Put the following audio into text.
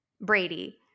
Brady